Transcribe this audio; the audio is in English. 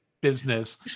business